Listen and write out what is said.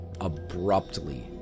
abruptly